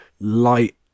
light